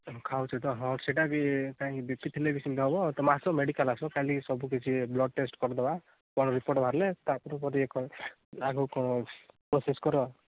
ହଁ ଖାଉଛ ତ ହଁ ସେଇଟା ବି କାହିଁକି ବିପି ଥିଲେ ବି ସେମିତି ହେବ ତୁମେ ଆସ ମେଡ଼ିକାଲ୍ ଆସ କାଲି ସବୁ କିଛି ବ୍ଲଡ଼୍ ଟେଷ୍ଟ୍ କରିଦେବା କ'ଣ ରିପୋର୍ଟ୍ ବାହାରିଲେ ତା'ପରେ କରିବା କ'ଣ ଟିକେ ଆଗକୁ କ'ଣ ହେଉଛି ପ୍ରୋସେସ୍ କର